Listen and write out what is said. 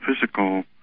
physical